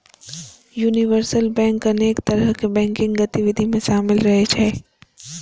universal bank अनेक तरहक banking गतिविधि मे शामिल रहै छै